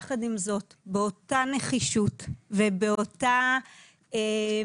יחד עם זאת, באותה נחישות ובאותה התלהבות